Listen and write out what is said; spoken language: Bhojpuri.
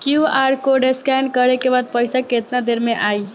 क्यू.आर कोड स्कैं न करे क बाद पइसा केतना देर म जाई?